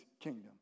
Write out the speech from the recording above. kingdom